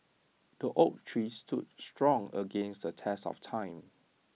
the oak tree stood strong against the test of time